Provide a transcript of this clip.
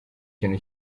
kintu